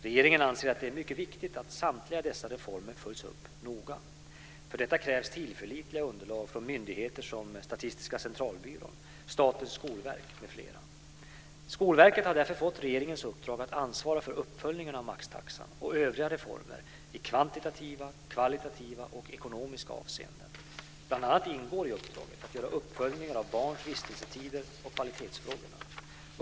Regeringen anser att det är mycket viktigt att samtliga dessa reformer följs upp noga. För detta krävs tillförlitliga underlag från myndigheter som Statistiska centralbyrån, Statens skolverk m.fl. Skolverket har därför fått regeringens uppdrag att ansvara för uppföljningen av maxtaxan och övriga reformer i kvantitativa, kvalitativa och ekonomiska avseenden. Bl.a. ingår i uppdraget att göra uppföljningar av barns vistelsetider och av kvalitetsfrågorna.